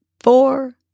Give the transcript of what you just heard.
four